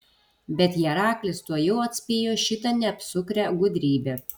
bet heraklis tuojau atspėjo šitą neapsukrią gudrybę